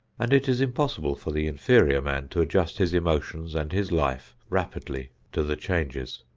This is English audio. and it is impossible for the inferior man to adjust his emotions and his life rapidly to the changes.